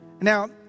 Now